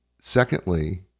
secondly